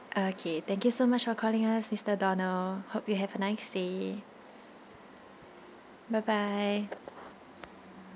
okay thank you so much for calling us mister donald hope you have a nice day bye bye